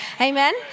Amen